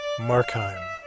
Markheim